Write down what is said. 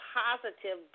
positive